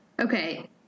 Okay